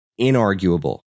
inarguable